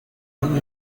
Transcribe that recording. años